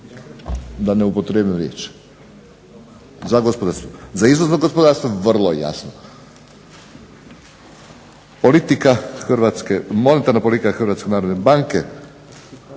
da ne upotrijebim riječ, za gospodarstvo. Za izvozno gospodarstvo vrlo je jasno. Monetarna politika Hrvatske narodne banke